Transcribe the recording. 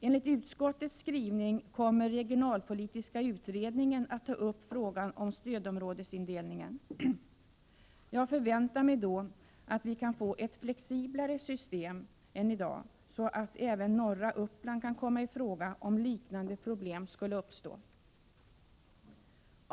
Enligt utskottets skrivning kommer den regionalpolitiska utredningen att ta upp frågan om stödområdesindelningen. Jag förväntar mig då att vi kan få ett flexiblare system än i dag, så att även norra Uppland kan komma i fråga om liknande problem skulle uppstå.